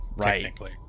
technically